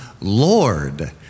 Lord